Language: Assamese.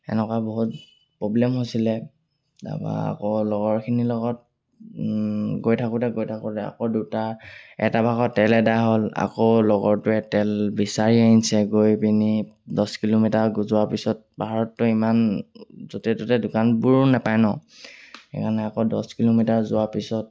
এনেকুৱা বহুত প্ৰব্লেম হৈছিলে তাৰপৰা আকৌ লগৰখিনিৰ লগত গৈ থাকোঁতে গৈ থাকোঁতে আকৌ দুটা এটা ভাগৰ তেল এদায় হ'ল আকৌ লগৰটোৱে তেল বিচাৰি আনিছে গৈ পিনি দহ কিলোমিটাৰ যোৱাৰ পিছত পাহাৰতটো ইমান য'তে ত'তে দোকানবোৰো নাপায় ন সেইকাৰণে আকৌ দহ কিলোমিটাৰ যোৱাৰ পিছত